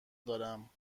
دارم